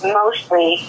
mostly